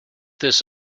this